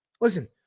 Listen